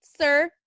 Sir